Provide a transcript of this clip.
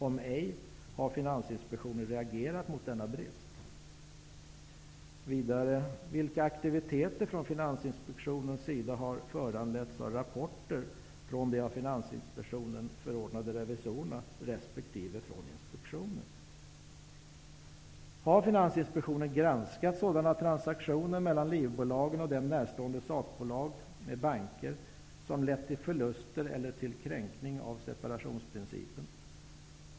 Om ej, har Finansinspektionen reagerat mot denna brist? Vilka aktiviteter från Finansinspektionens sida har föranletts av rapporter från de av från inspektioner? Har Finansinspektionen granskat sådana transaktioner mellan livbolagen och dem närstående sakbolag eller banker som lett till förluster eller till kränkning av separationsprincipen?